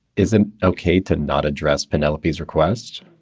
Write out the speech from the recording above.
is it ok to not address penelope's request?